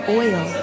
oil